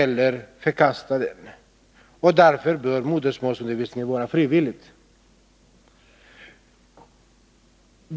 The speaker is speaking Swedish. Därför bör, menar man, modersmålsundervisningen vara frivillig.